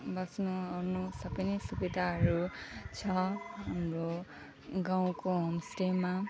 बस्नु ओर्नु सबै नै सुविधाहरू छ हाम्रो गाउँको होमस्टेमा